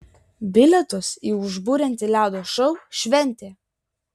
bilietus į užburiantį ledo šou šventė